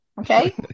Okay